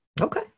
Okay